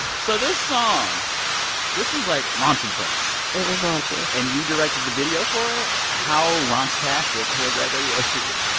so this song this was, like, raunchy prince it was raunchy and you directed the video for it. how raunch-tastic was that video shoot?